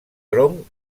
tronc